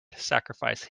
sacrifice